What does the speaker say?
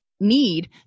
need